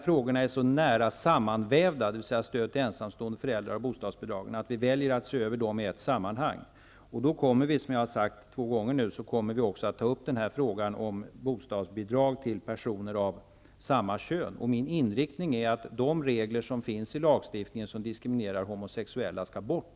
Frågorna om stöd till ensamstående föräldrar och bostadsbidragen är så nära sammanvävda att vi väljer att se över dem i ett sammanhang. Och som jag nu har sagt två gånger kommer också frågan om bostadsbidrag till personer av samma kön då att tas upp. Min inriktning är att de regler som finns i lagstiftningen och som diskriminerar homosexuella skall tas bort.